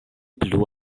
plu